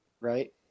right